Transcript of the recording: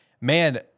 Man